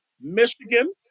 Michigan